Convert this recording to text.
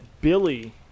Billy